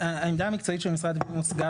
העמדה המקצועית של משרד הפנים הוצגה